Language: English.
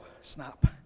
snap